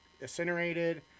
incinerated